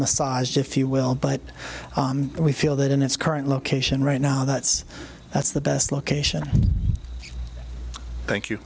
massaged if you will but we feel that in its current location right now that's that's the best location thank you